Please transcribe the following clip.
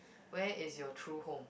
where is your true home